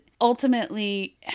ultimately